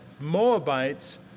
Moabites